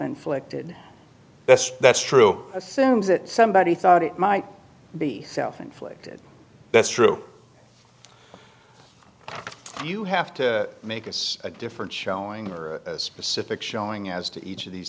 inflicted that's that's true assumes that somebody thought it might be self inflicted that's true you have to make it a different showing or a specific showing as to each of these